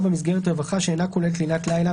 מסגרת רווחה שאינה כוללת לינת לילה,